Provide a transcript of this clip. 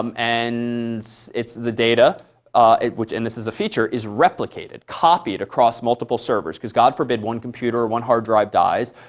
um and it's the data and this is a feature is replicated copied across multiple servers because, god forbid, one computer, one hard drive dies.